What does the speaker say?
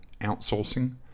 outsourcing